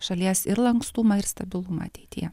šalies ir lankstumą ir stabilumą ateityje